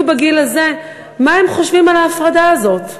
בגיל הזה מה הם חושבים על ההפרדה הזאת,